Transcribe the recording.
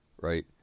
right